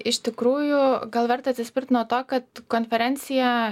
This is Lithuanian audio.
iš tikrųjų gal verta atsispirt nuo to kad konferencija